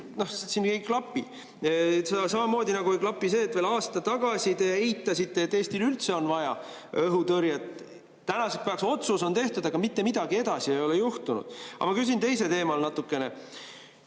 siin ei klapi. Samamoodi nagu ei klapi see, et veel aasta tagasi te eitasite, et Eestil üldse on vaja õhutõrjet. Tänaseks päevaks otsus on tehtud, aga mitte midagi edasi ei ole juhtunud. Aga ma küsin teisel teemal natukene.